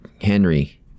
Henry